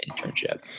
internship